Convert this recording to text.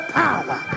power